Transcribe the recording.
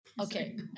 Okay